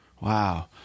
Wow